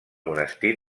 monestir